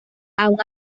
aun